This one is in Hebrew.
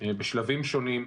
בשלבים שונים.